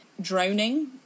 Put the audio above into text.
drowning